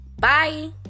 bye